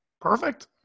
Perfect